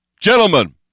Gentlemen